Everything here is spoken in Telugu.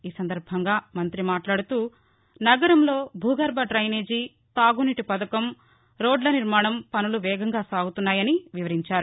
ఈ సందర్భంగా మంతి మాట్లాడుతూ నగరంలో భూగర్భ డ్రెనేజీ తాగునీటి పథకం రోడ్ల నిర్మాణం పనులు వేగవంతంగా జరుగుతున్నాయని వివరించారు